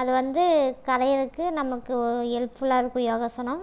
அது வந்து கரையிறக்கு நமக்கு ஹெல்ப்ஃபுல்லாகருக்கு யோகாசனம்